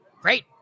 Great